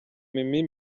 mimi